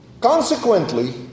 Consequently